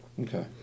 Okay